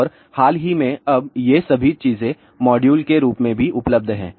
और हाल ही में अब ये सभी चीजें मॉड्यूल रूप में भी उपलब्ध हैं